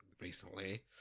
recently